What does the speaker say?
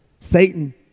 Satan